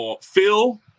Phil